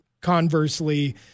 Conversely